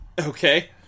Okay